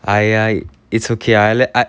!aiya! it's okay I let I